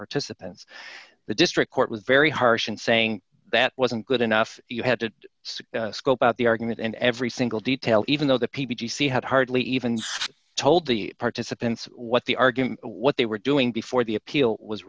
participants the district court was very harsh in saying that wasn't good enough you had to scope out the argument and every single detail even though the p b c had hardly even told the participants what the argument what they were doing before the appeal was